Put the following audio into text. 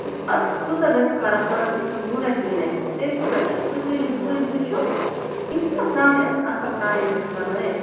پَتہٕ کۭژاہ گژھِ فرق پَتہٕ زَن گژھان وُہ رۄپیہِ لیس بیٚیہِ کوٗتاہ گژھِ تُہۍ کٔرِو تُہۍ وُچھِو بیٚیہِ چھُنا کانٛگرِ آسان اَصٕل کانٮ۪ن ہٕنٛز بَنٲوِتھ